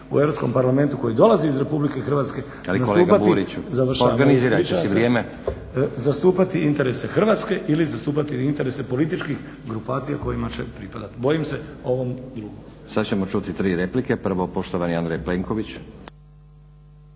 u Europskom parlamentu koji dolazi iz RH zastupati interese Hrvatske ili zastupati interese političkih grupacija kojima će pripadati. Bojim se ovom drugom. **Stazić, Nenad (SDP)** Kolega Buriću,